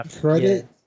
credit